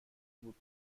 بود